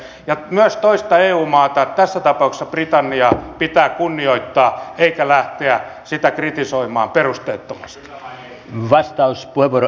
myös toista eu maata tässä tapauksessa britanniaa pitää kunnioittaa eikä lähteä sitä kritisoimaan perusteettomasti